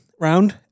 Round